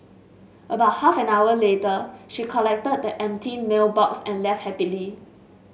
about half an hour later she collected the empty meal box and left happily